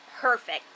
perfect